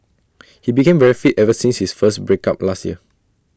he became very fit ever since his break up last year